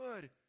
good